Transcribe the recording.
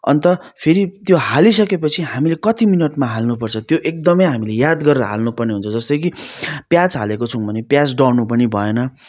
अन्त फेरि त्यो हाली सके पछि हामीले कति मिनटमा हाल्नु पर्छ त्यो एकदमै हामीले याद गरेर हाल्नु पर्ने हुन्छ जस्तै कि प्याज हालेको छौँ भने प्याज डढ्नु पनि भएन